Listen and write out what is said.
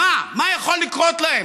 מה יכול לקרות להם?